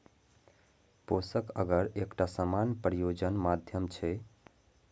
पोषक अगर एकटा सामान्य प्रयोजन माध्यम छियै